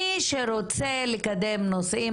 מי שרוצה לקדם נושאים,